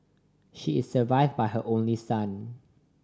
she is survived by her only son